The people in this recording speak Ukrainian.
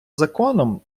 законом